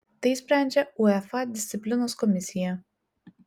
tai sprendžia uefa disciplinos komisija